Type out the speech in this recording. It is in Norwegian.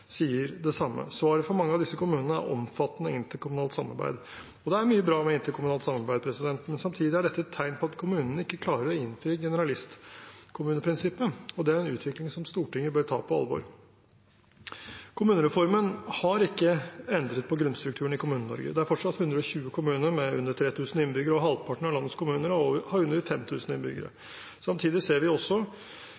sier det samme. Svaret for mange av disse kommunene er omfattende interkommunalt samarbeid. Det er mye bra med interkommunalt samarbeid, men samtidig er dette et tegn på at kommunene ikke klarer å innfri generalistkommuneprinsippet, og det er en utvikling som Stortinget bør ta på alvor. Kommunereformen har ikke endret på grunnstrukturen i Kommune-Norge. Det er fortsatt 120 kommuner med under 3 000 innbyggere, og halvparten av landets kommuner har under 5 000 innbyggere.